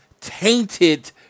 tainted